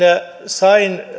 sain